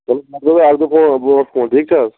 چلو بہٕ کٔرہو اکھ زٕ دۅہ برٛونٛٹھ برٛونٛٹھ فون ٹھیٖک چھا حظ